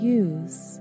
use